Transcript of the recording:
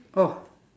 oh